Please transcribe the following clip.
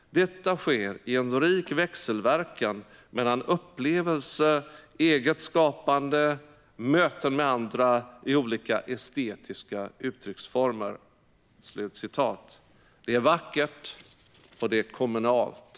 Detta sker i en rik växelverkan mellan upplevelse, eget skapande, möten med andra i olika estetiska uttrycksformer!" Det är vackert, och det är kommunalt!